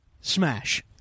smash